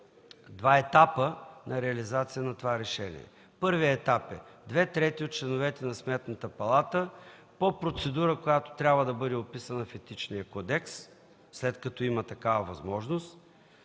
два етапа на реализация на решението. Първият етап е две трети от членовете на Сметната палата по процедура, която трябва да бъде описана в Етичния кодекс, след като има такава възможност,